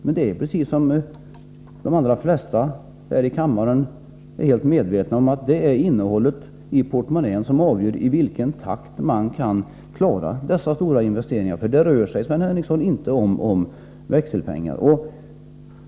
Men det är — precis som de allra flesta här i kammaren är helt medvetna om — innehållet i portmonnän som avgör i vilken takt man kan klara dessa stora investeringar, för det rör sig, Sven Henricsson, inte om växelpengar.